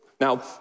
Now